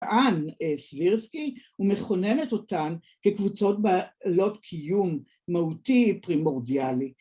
‫טען סבירסקי, ומכוננת אותן ‫כקבוצות בעלות קיום מהותי פרימורדיאלי.